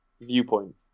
viewpoint